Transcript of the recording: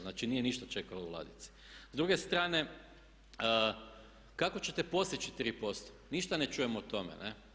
Znači nije ništa čekalo u ladici S druge strane, kako ćete postići 3%, ništa ne čujemo o tome.